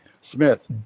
Smith